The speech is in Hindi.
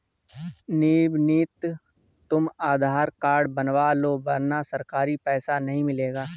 नवनीत तुम आधार कार्ड बनवा लो वरना सरकारी पैसा नहीं मिलेगा